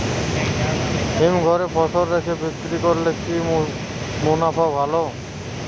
হিমঘরে ফসল রেখে বিক্রি করলে কি মুনাফা ভালো?